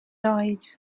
oed